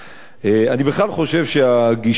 אני בכלל חושב שהגישה הזאת,